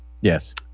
yes